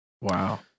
Wow